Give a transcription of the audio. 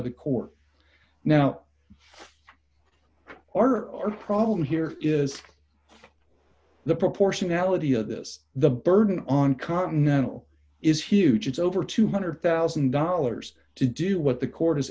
the court now our problem here is the proportionality of this the burden on continental is huge it's over two hundred thousand dollars to do what the court is